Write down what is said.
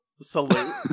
Salute